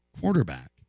quarterback